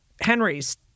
Henry's